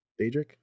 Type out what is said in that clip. Daedric